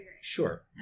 Sure